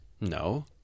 No